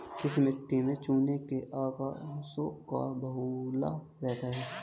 किस मिट्टी में चूने के अंशों का बाहुल्य रहता है?